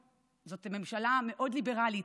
זאת ממשלה מאוד ליברלית,